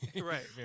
Right